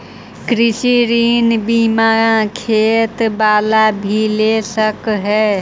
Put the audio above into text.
कृषि ऋण बिना खेत बाला भी ले सक है?